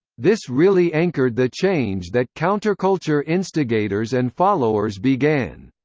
this really anchored the change that counterculture instigators and followers began.